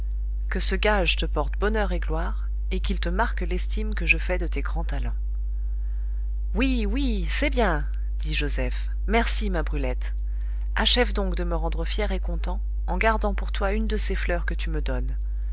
que ce gage te porte bonheur et gloire et qu'il te marque l'estime que je fais de tes grands talents oui oui c'est bien dit joseph merci ma brulette achève donc de me rendre fier et content en gardant pour toi une de ces fleurs que tu me donnes